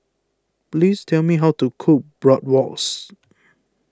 please tell me how to cook Bratwurst